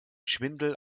schwindel